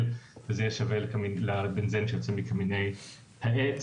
וזה יהיה שווה לבנזן שיוצא מקמיני העץ.